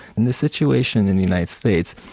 in this situation in the united states,